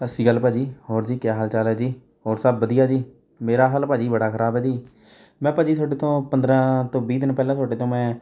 ਸਤਿ ਸ਼੍ਰੀ ਅਕਾਲ ਭਾਅ ਜੀ ਹੋਰ ਜੀ ਕਿਆ ਹਾਲ ਚਾਲ ਹੈ ਜੀ ਹੋਰ ਸਭ ਵਧੀਆ ਜੀ ਮੇਰਾ ਹਾਲ ਭਾਅ ਜੀ ਬੜਾ ਖ਼ਰਾਬ ਹੈ ਜੀ ਮੈਂ ਭਾਅ ਜੀ ਤੁਹਾਡੇ ਤੋਂ ਪੰਦਰਾਂ ਤੋਂ ਵੀਹ ਦਿਨ ਪਹਿਲਾਂ ਤੁਹਾਡੇ ਤੋਂ ਮੈਂ